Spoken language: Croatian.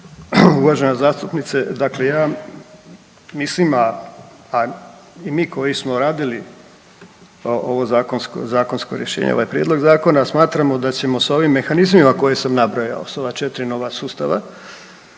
Uvažena zastupnice, dakle ja mislim, a i mi koji smo radili ovo zakonsko rješenje, ovaj Prijedlog zakona, smatramo da ćemo s ovim mehanizmima koje sam napravio, s ova 4 nova sustava,